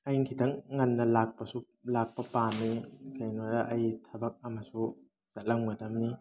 ꯑꯩꯅ ꯈꯤꯇꯪ ꯉꯟꯅ ꯂꯥꯛꯄꯁꯨ ꯂꯥꯛꯄ ꯄꯥꯝꯃꯦ ꯀꯩꯅꯣꯗ ꯑꯩ ꯊꯕꯛ ꯑꯃꯁꯨ ꯆꯠꯂꯝꯒꯗꯕꯅꯤ